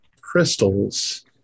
crystals